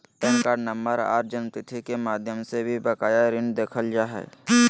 pan card नम्बर आर जन्मतिथि के माध्यम से भी बकाया ऋण देखल जा हय